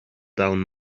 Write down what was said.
down